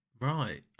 Right